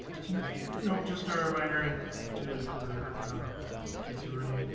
mr. dan? nope, just a reminder, in particularly for casey rooney.